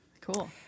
Cool